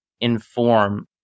inform